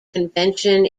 convention